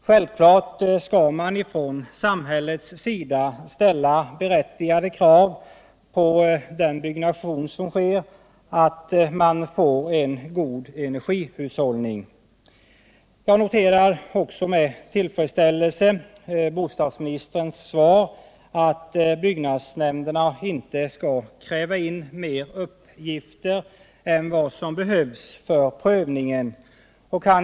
Det är dock samtidigt självklart att samhället skall ha möjlighet att ställa berättigade krav på en god energihushållning i de byggnader som uppförs. Jag noterar också med tillfredsställelse bostadsministerns besked att byggnadsnämnderna inte skall kräva in mer uppgifter än vad som behövs för den här aktuella prövningen.